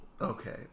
Okay